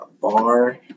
bar